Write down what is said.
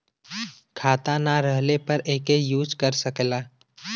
खाता ना रहले पर एके यूज कर सकेला